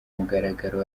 mugaragaro